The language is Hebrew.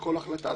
כל החלטה,